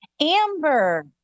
Amber